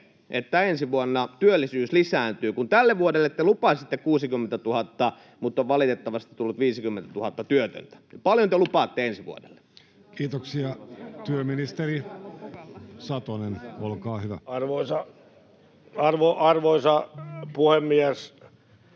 että ensi vuonna työllisyys lisääntyy, kun tälle vuodelle te lupasitte 60 000, mutta valitettavasti on tullut 50 000 työtöntä? Paljonko te lupaatte ensi vuodelle? [Sari Sarkomaa: Sanoo puolue,